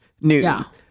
news